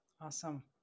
Awesome